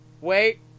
wait